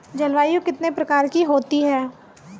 जलवायु कितने प्रकार की होती हैं?